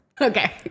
Okay